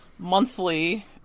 Monthly